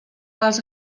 les